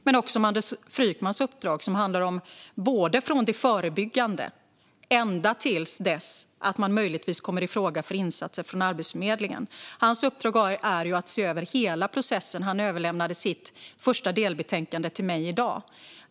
Men också Mandus Frykman har ett uppdrag, som handlar om det förebyggande, ända tills man möjligen kommer i fråga för insatser från Arbetsförmedlingen. Hans uppdrag är att se över hela processen, och han överlämnade sitt första delbetänkande till mig i dag.